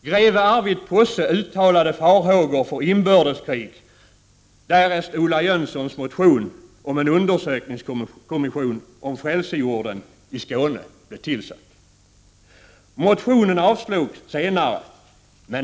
Greve Arvid Posse uttalade farhågor för inbördeskrig därest Ola Jönssons motion om en undersökningskommission om frälsejorden i Skåne blev tillsatt.